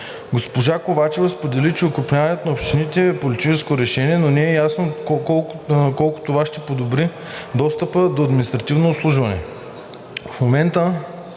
Госпожа Ковачева сподели, че окрупняването на общините е въпрос на политическо решение, но не е ясно доколко това ще подобри достъпа на административно обслужване. В много